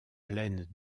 pleines